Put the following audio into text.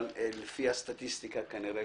אבל לפי הסטטיסטיקה, כנראה